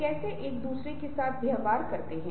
क्या आप अपने समय का प्रबंधन करते हैं